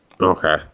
Okay